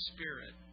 Spirit